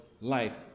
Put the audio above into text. life